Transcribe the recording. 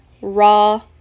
raw